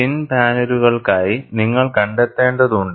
thin പാനലുകൾക്കായി നിങ്ങൾ കണ്ടെത്തേണ്ടതുണ്ട്